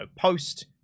post-